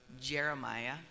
Jeremiah